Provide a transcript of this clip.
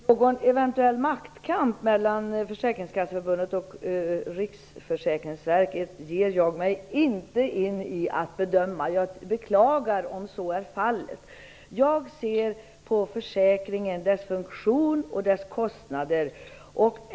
Herr talman! Någon eventuell maktkamp mellan Försäkringskasseförbundet och Riksförsäkringsverket ger jag mig inte in i att bedöma. Jag beklagar om så är fallet. Jag ser på försäkringen, dess funktion och dess kostnader.